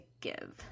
give